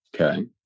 Okay